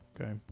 Okay